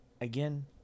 again